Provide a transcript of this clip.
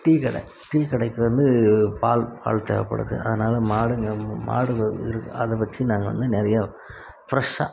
டீக்கடை டீக்கடைக்கு வந்து பால் பால் தேவைப்படுது அதனால் மாடுங்க மாடுங்க அதை வச்சு நாங்கள் வந்து நிறைய ஃபிரெஷ்ஷாக